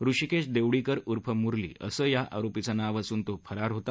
ऋषिकेश देवडीकर उर्फ मुरली असं या आरोपीचं नाव असून तो फरार होता